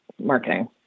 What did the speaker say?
marketing